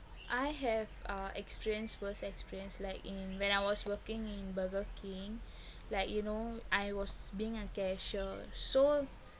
I have uh experience worst experience like in when I was working in burger king like you know I was being a cashier so